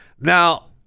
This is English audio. now